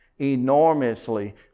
enormously